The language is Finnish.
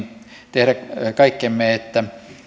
tehdä kaikkemme että